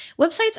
Websites